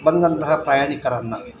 ಬಂದಂತಹ ಪ್ರಯಾಣಿಕರನ್ನು